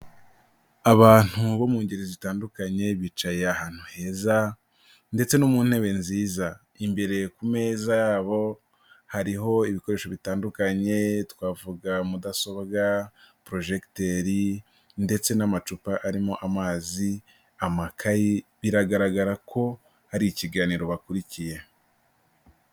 Abantu bo mu ngeri zitandukanye, bicaye ahantu heza ndetse no mu ntebe nziza. Imbere ku meza yabo hariho ibikoresho bitandukanye, twavuga mudasobwa, porojegiteri ndetse n'amacupa arimo amazi, amakaye, biragaragara ko hari ikiganiro bakurikiye.